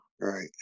right